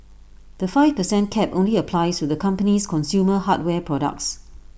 the five per cent cap only applies to the company's consumer hardware products